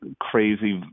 crazy